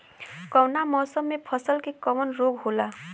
कवना मौसम मे फसल के कवन रोग होला?